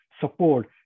support